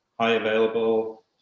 high-available